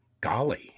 golly